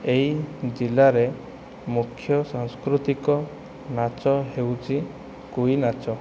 ଏହି ଜିଲ୍ଲାରେ ମୁଖ୍ୟ ସାଂସ୍କୃତିକ ନାଚ ହେଉଛି କୁଇ ନାଚ